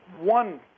One